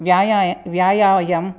व्यायाय व्यायामम्